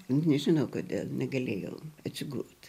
nežinau kodėl negalėjau atsigult